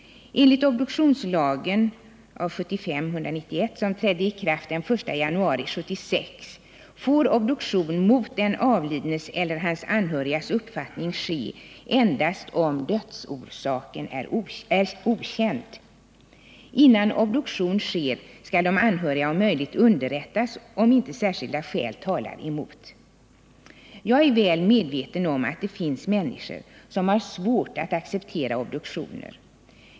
Enligt obduktionslagen som trädde i kraft den 1 januari 1976 får obduktion mot den avlidnes eller hans anhörigas uppfattning ske endast om dödsorsaken är okänd. Innan obduktion sker skall de anhöriga om möjligt underrättas om inte särskilda skäl talar emot det. Jag är väl medveten om att det finns människor som har svårt att acceptera obduktioner.